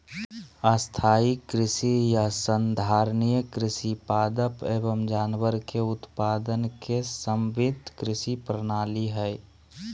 स्थाई कृषि या संधारणीय कृषि पादप एवम जानवर के उत्पादन के समन्वित कृषि प्रणाली हई